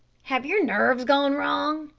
have your nerves gone wrong?